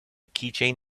keychain